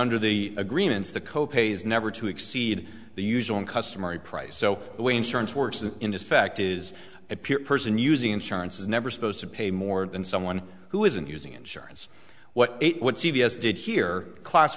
under the agreements the co pays never to exceed the usual and customary price so the way insurance works that in his fact is a pure person using insurance is never supposed to pay more than someone who isn't using insurance what ate what c v s did here class